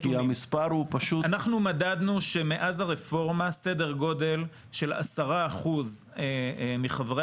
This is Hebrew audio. אנחנו מדדנו שמאז הרפורמה סדר גודל של 10% מחברי